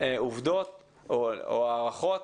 עובדות או הערכות,